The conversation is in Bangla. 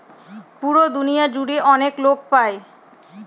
পুরো দুনিয়া জুড়ে অনেক লোক পাই